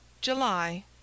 July